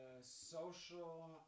social